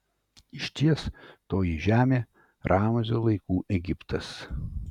išties toji žemė ramzio laikų egiptas